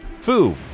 Foo